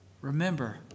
Remember